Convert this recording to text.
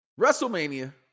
WrestleMania